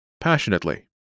passionately